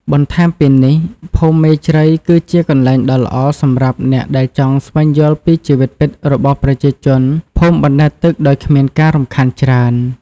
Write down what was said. បន្ថែមពីនេះភូមិមេជ្រៃ គឺជាកន្លែងដ៏ល្អសម្រាប់អ្នកដែលចង់ស្វែងយល់ពីជីវិតពិតរបស់ប្រជាជនភូមិបណ្តែតទឹកដោយគ្មានការរំខានច្រើន។